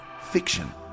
fiction